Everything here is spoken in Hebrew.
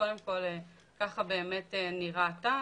ולכן הייתה פשרה על השלושה